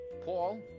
Paul